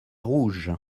rouge